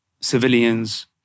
civilians